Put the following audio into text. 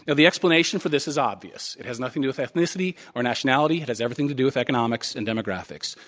and the explanation for this is obvious. it has nothing to do with ethnicity or nationality, it has everything to do with economics and demographics.